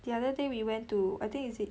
the other day we went to I think is it